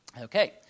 Okay